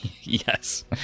Yes